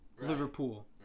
Liverpool